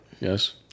Yes